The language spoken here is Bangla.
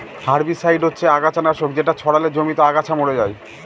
হার্বিসাইড হচ্ছে আগাছা নাশক যেটা ছড়ালে জমিতে আগাছা মরে যায়